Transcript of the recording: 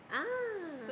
ah